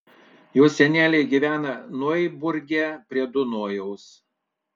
jo seneliai gyvena noiburge prie dunojaus